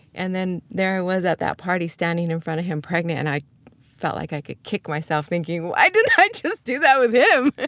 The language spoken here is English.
and then there i was at that party standing in front of him pregnant, and i felt like i could kick myself thinking, why didn't i just do that with him!